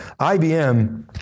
IBM